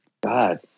God